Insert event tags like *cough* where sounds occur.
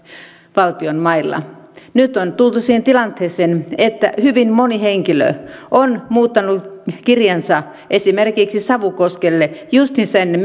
valtion mailla nyt on tultu siihen tilanteeseen että hyvin moni henkilö on muuttanut kirjansa esimerkiksi savukoskelle justiinsa ennen *unintelligible*